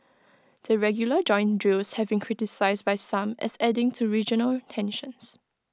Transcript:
the regular joint drills have been criticised by some as adding to regional tensions